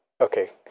Okay